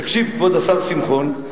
תקשיב, כבוד השר שמחון,